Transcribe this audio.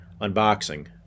unboxing